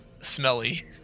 smelly